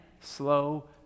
slow